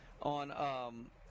on